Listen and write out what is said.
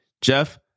Jeff